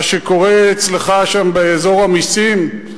מה שקורה אצלך שם באזור המסים,